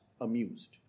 amused